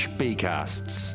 bcasts